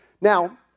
Now